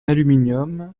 aluminium